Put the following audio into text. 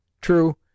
True